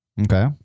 Okay